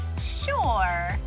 Sure